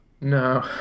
No